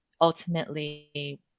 ultimately